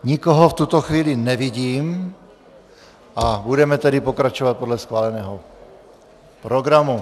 Nikoho v tuto chvíli nevidím, budeme tedy pokračovat podle schváleného programu.